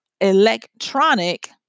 electronic